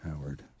howard